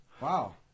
Wow